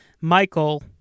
Michael